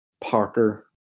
Parker